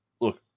look